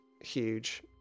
huge